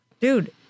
dude